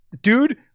dude